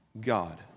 God